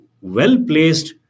well-placed